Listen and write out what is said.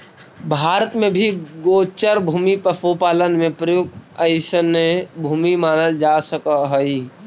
भारत में भी गोचर भूमि पशुपालन में प्रयुक्त अइसने भूमि मानल जा सकऽ हइ